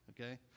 okay